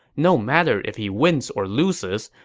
no matter if he wins or loses,